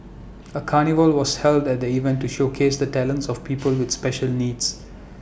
A carnival was held at the event to showcase the talents of people with special needs